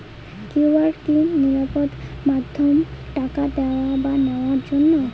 QR কি নিরাপদ মাধ্যম টাকা দেওয়া বা নেওয়ার জন্য?